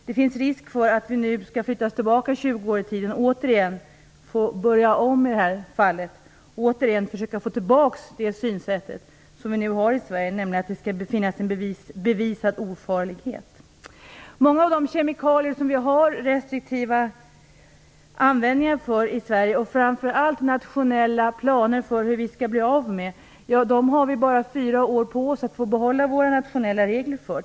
Det finns risk för att vi flyttas 20 år tillbaks i tiden och får börja om med att försöka få tillbaks det synsätt som vi nu har i Sverige, nämligen att det skall finnas en bevisad ofarlighet. Vi får bara behålla de nationella reglerna för många av de kemikalier vi använder restriktivt i Sverige och framför allt har nationella planer för hur vi skall bli av med i fyra år. Det gäller t.ex. kadmium och kvicksilver.